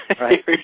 Right